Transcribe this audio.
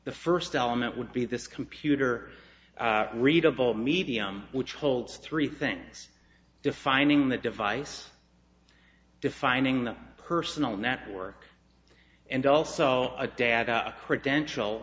the first element would be this computer readable medium which holds three things defining the device defining the personal network and also a data credential